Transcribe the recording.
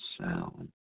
sound